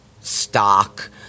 stock